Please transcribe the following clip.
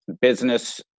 business